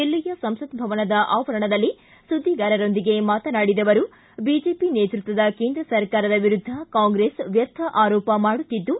ದಿಲ್ಲಿಯ ಸಂಸತ್ ಭವನದ ಆವರಣದಲ್ಲಿ ಸುದ್ದಿಗಾರರೊಂದಿಗೆ ಮಾತನಾಡಿದ ಅವರು ಬಿಜೆಪಿ ನೇತೃತ್ವದ ಕೇಂದ್ರ ಸರ್ಕಾರದ ವಿರುದ್ಧ ಕಾಂಗ್ರೆಸ್ ವ್ಯರ್ಥ ಆರೋಪ ಮಾಡುತ್ತಿದ್ದು